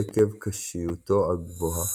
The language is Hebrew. עקב קשיותו הגבוהה.